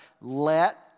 let